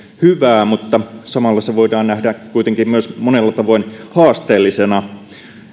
hyvää mutta samalla se voidaan nähdä kuitenkin myös monella tavoin haasteellisena